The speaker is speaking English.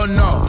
no